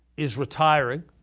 is retiring.